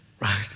Right